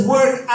Work